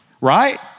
Right